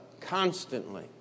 constantly